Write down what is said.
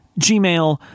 Gmail